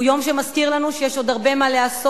הוא יום שמזכיר לנו שיש עוד הרבה מה לעשות,